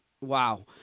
Wow